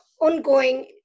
ongoing